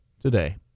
today